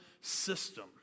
system